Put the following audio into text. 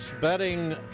betting